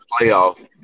playoff